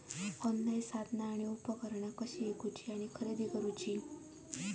Online साधना आणि उपकरणा कशी ईकूची आणि खरेदी करुची?